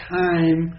time